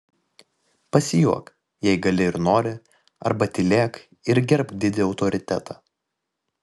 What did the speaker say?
pasijuok jei gali ir nori arba tylėk ir gerbk didį autoritetą